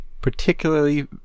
particularly